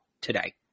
today